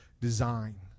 design